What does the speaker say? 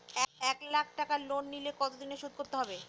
এক লাখ টাকা লোন নিলে কতদিনে শোধ করতে হবে?